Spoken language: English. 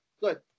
good